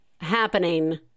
happening